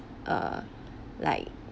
err like